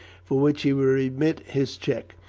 for which he would remit his cheque.